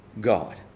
God